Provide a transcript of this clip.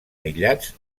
aïllats